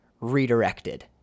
redirected